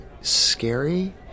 scary